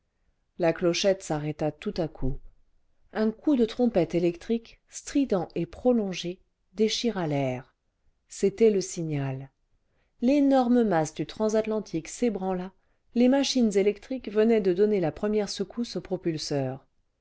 la cloche s'arrêta tout à coup un coup de trompette électrique strident et prolongé déchira l'air c'était le signal l'énorme masse du transatlantique s'ébranla les machines électriques venaient de donner la première secousse au propulseur